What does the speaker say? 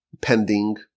pending